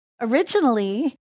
originally